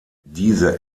diese